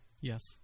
yes